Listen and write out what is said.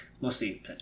mostly